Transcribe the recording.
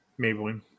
Maybelline